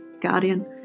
guardian